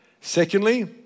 Secondly